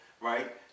right